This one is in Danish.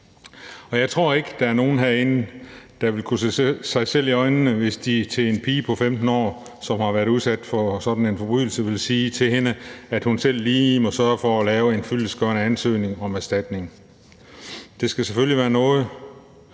Jeg tror ikke, at der er nogen herinde, der vil kunne se sig selv i øjnene, hvis de til en pige på 15 år, som har været udsat for sådan en forbrydelse, siger, at hun selv lige må sørge for at lave en fyldestgørende ansøgning om erstatning. Det skal selvfølgelig være noget,